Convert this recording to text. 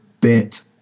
bit